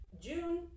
June